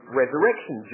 resurrection